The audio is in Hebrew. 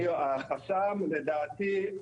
החסם הוא, לדעתי,